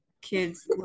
kids